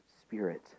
Spirit